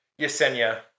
Yesenia